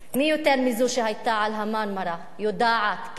מי יותר מזו שהיתה על ה"מרמרה" יודעת כמה